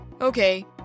Okay